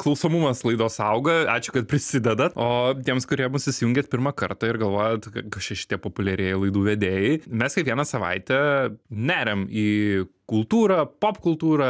klausomumas laidos auga ačiū kad prisidedat o tiems kurie mus įsijungiat pirmą kartą ir galvojat kas čia šitie populiarieji laidų vedėjai mes kiekvieną savaitę neriam į kultūrą popkultūrą